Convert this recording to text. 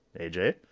AJ